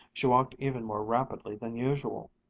she walked even more rapidly than usual.